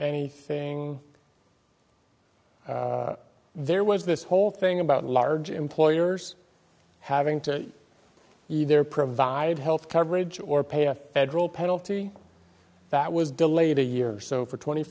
anything there was this whole thing about large employers having to either provide health coverage or pay a federal penalty that was delayed a year or so for twenty